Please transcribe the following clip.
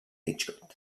hitchcock